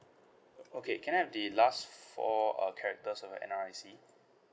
okay can I have the last four uh characters of your N_R_I_C